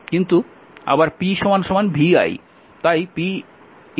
কিন্তু p vi